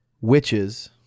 witches